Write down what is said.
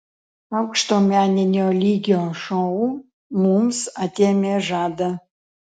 aukšto meninio lygio šou mums atėmė žadą